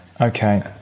Okay